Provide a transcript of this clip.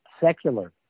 secular